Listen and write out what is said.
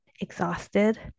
exhausted